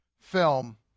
film